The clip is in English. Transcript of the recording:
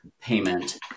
payment